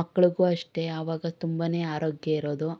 ಮಕ್ಳಿಗೂ ಅಷ್ಟೇ ಆವಾಗ ತುಂಬನೇ ಆರೋಗ್ಯ ಇರೋದು